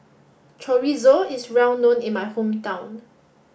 Chorizo is well known in my hometown